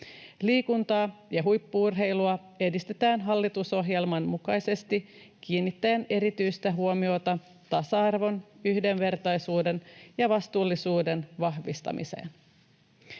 Liikuntaa ja huippu-urheilua edistetään hallitusohjelman mukaisesti kiinnittäen erityistä huomiota tasa-arvon, yhdenvertaisuuden ja vastuullisuuden vahvistamiseen.